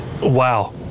wow